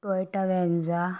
Toyota Venza